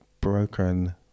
broken